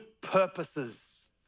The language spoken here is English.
purposes